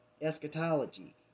eschatology